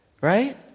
right